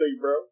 bro